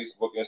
Facebook